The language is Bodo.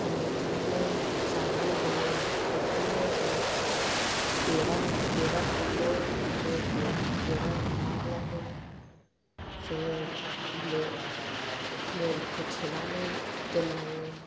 हानि खालामो जानानै होयो ओंखायनो जों बेरा बेरा दुमो आरो बेरा दुमाब्लाबो जोङो नेट होथेनानै दोननाङो